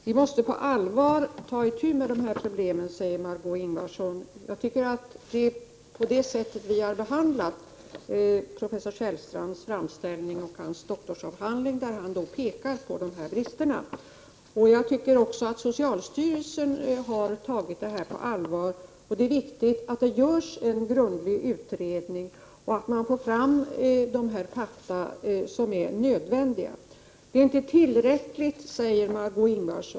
Herr talman! Vi måste på allvar ta itu med de här problemen, säger Margé Ingvardsson. Det är på det sättet vi har behandlat professor Kjellstrands framställning och hans doktorsavhandling, där han påvisar dessa brister. Socialstyrelsen har också tagit frågan på allvar. Det är viktigt att det görs en grundlig utredning, så att de fakta som är nödvändiga för att vi skall gå vidare kommer fram. Det är inte tillräckligt, säger Margö Ingvardsson.